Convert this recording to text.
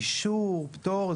כמו אישור ופטור.